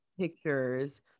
pictures